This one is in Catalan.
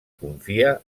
confia